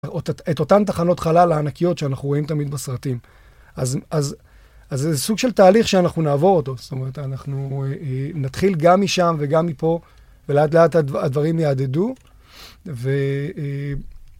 את אותן תחנות חלל הענקיות שאנחנו רואים תמיד בסרטים. אז זה סוג של תהליך שאנחנו נעבור אותו. זאת אומרת, אנחנו נתחיל גם משם וגם מפה, ולאט לאט הדברים יהדדו. ו...